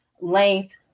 length